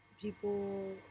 people